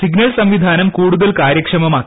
signal സംവിധാനം കൂടൂതൽ കാര്യക്ഷമമാക്കി